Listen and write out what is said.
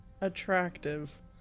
attractive